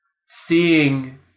seeing